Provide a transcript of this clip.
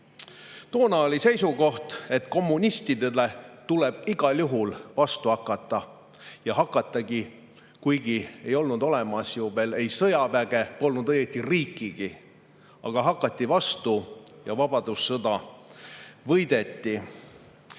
Toona oli seisukoht, et kommunistidele tuleb igal juhul vastu hakata, ja hakatigi, kuigi ei olnud olemas ju veel sõjaväge, polnud õieti riikigi. Aga hakati vastu ja vabadussõda võideti.